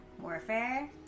warfare